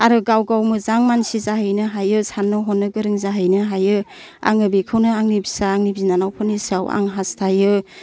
आरो गाव गाव मोजां मानसि जाहैनो हायो साननो हनो गोरों जाहैनो हायो आङो बेखौनो आंनि फिसा आंनि बिनानावफोरनि सायाव आं हास्थायो